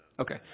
Okay